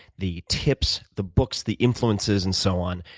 the tips, the books, the influences and so on,